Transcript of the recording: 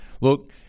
Look